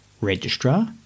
registrar